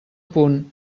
punt